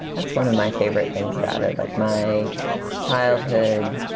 that's one of my favorite things about it like my childhood,